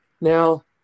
Now